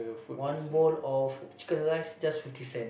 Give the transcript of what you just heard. one bowl of chicken rice just fifty cents